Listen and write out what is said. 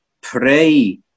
pray